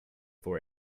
for